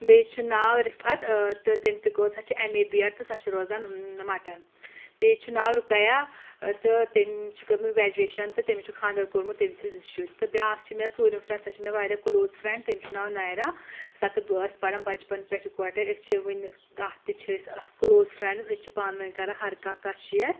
بیٚیہِ چھُ ناو رِفَت تہٕ تٔمۍ تہِ کٔر سۄ چھِ اؠم اے بی اَیٚڈ تہٕ سۄ چھِ روزان مَٹن بیٚیہِ چھُ ناو رُکَیٚیَا تہٕ تٔمۍ چھِ کٔرمٕژ گٕرِیٚجوَیٚشَن تہٕ تٔمِس چھُ خانٛدَر کوٚرمُت تٔمِس چھِ زٕ شُرۍ تہٕ بیٛاکھ چھِ مےٚ ژوٗرِم فٕرِٮ۪نٛڈ سۄ چھِ مےٚ واریاہ کُلوز فٕرِؠنٛڈ تٔمِس چھُ ناو نَیٚرَا سۄ تہٕ بہٕ ٲس پران بچپَن پؠٹھ یِکوَٹَے أسۍ چھِ وٕنیُک اتھ تہِ چھِ أسۍ اَکھ کُلوز فٕرٛؠنٛڈٕز أسۍ چھِ پانہٕ ؤنۍ کران ہر کانٛہہ کانٛہہ شِیَر